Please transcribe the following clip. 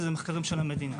וזה מחקרים של המדינה.